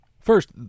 First